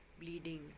bleeding